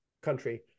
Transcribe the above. country